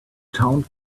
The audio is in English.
town